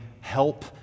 help